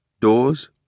Doors